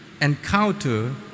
encounter